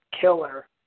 killer